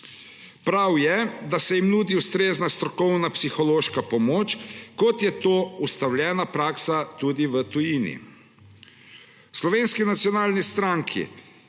Prav je, da se jim nudi ustrezna strokovna psihološka pomoč, kot je to ustaljena praksa tudi v tujini. V Slovenski nacionalni stranki